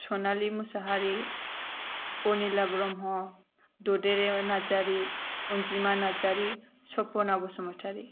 सनालि मुशाहारि अनिला ब्रम्ह ददेरे नारजारि अनजिमा नारजारि सपना बसुमतारि